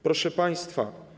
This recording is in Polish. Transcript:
Proszę państwa.